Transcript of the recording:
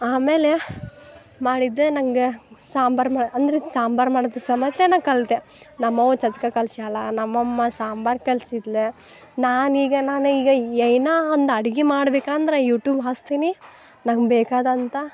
ಆಮೇಲೆ ಮಾಡಿದ್ದೇ ನಂಗೆ ಸಾಂಬಾರು ಮಾ ಅಂದ್ರೆ ಸಾಂಬಾರು ಮಾಡಿದ ಸಮೇತ ನಾನು ಕಲ್ತೆ ನಮ್ಮವ್ವ ಚಚ್ಕ ಕಲ್ಸ್ಯಾಳ ನಮ್ಮಮ್ಮ ಸಾಂಬಾರು ಕಲ್ಸಿದ್ಲ ನಾನೀಗ ನಾನೀಗ ಏನಾ ಒಂದು ಅಡ್ಗಿ ಮಾಡ್ಬೇಕಂದ್ರೆ ಯೂಟೂಬ್ ಹಾಸ್ತೀನಿ ನಂಗೆ ಬೇಕಾದಂಥ